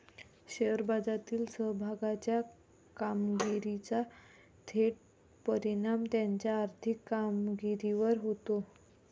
share बाजारातील समभागाच्या कामगिरीचा थेट परिणाम त्याच्या आर्थिक कामगिरीवर होतो